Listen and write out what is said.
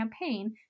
campaign